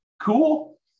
Cool